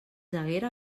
haguera